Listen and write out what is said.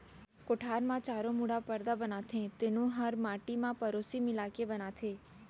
कोठार म चारों मुड़ा परदा बनाथे तेनो हर माटी म पेरौसी मिला के बनाथें